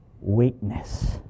weakness